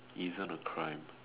isn't a crime